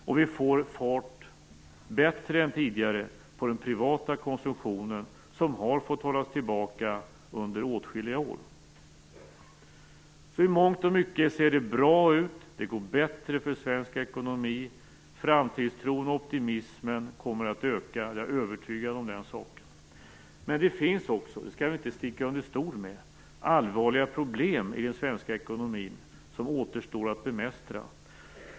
Och vi får bättre fart än tidigare på den privata konsumtionen, som har fått hållas tillbaka under åtskilliga år. I mångt och mycket ser det alltså bra ut. Det går bättre för svensk ekonomi. Framtidstron och optimismen kommer att öka. Det är jag övertygad om. Men det finns också, och det skall vi inte sticka under stol med, allvarliga problem i den svenska ekonomin som det återstår att bemästra.